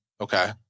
Okay